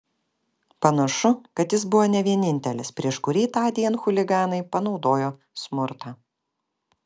panašu kad jis buvo ne vienintelis prieš kurį tądien chuliganai panaudojo smurtą